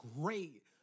great